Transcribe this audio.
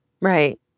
Right